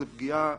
זאת פגיעה עצומה,